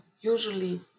usually